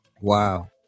wow